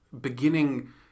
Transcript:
beginning